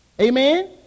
Amen